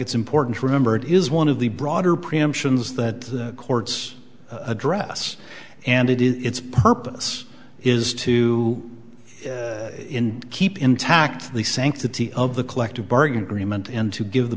it's important to remember it is one of the broader preemptions that the courts address and it is its purpose is to keep intact the sanctity of the collective bargaining agreement and to give the